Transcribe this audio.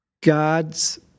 God's